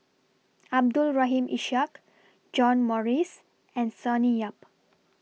Abdul Rahim Ishak John Morrice and Sonny Yap